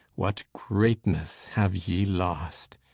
what greatness have ye lost!